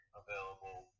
available